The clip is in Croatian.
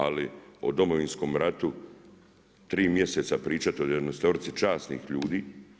Ali o Domovinskom ratu tri mjeseca pričati o jedanaestorici časnih ljudi.